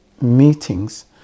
meetings